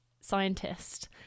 scientist